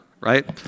right